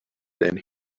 then